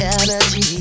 energy